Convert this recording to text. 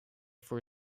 for